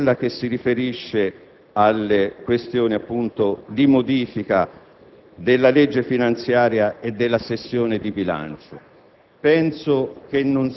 alcune delle misure introdotte come novità nell'emendamento che il Governo presenta all'attenzione del Senato.